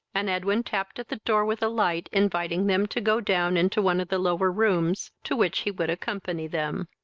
and edwin tapped at the door with a light, inviting them to go down into one of the lower rooms, to which he would accompany them.